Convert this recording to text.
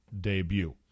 debut